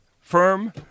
firm